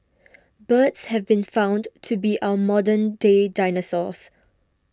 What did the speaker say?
birds have been found to be our modern day dinosaurs